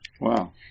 Wow